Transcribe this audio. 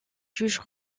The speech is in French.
juges